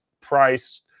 price